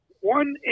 one